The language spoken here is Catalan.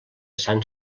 sant